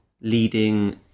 leading